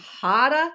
harder